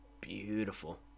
beautiful